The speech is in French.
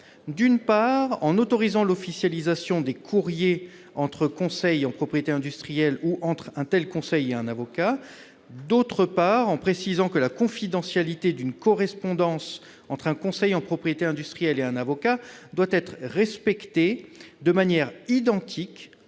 d'une part, en autorisant l'officialisation des courriers entre conseils en propriété industrielle, ou entre un tel conseil et un avocat ; d'autre part, en précisant que la confidentialité d'une correspondance entre un conseil en propriété industrielle et un avocat doit être respectée de manière identique,